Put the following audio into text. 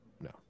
no